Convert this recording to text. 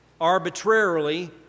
arbitrarily